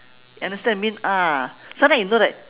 understand what I mean ah sometime you know that